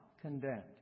condemned